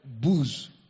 Booze